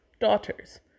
Daughters